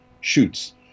shoots